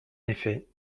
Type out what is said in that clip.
effet